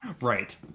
right